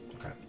Okay